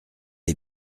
est